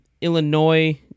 Illinois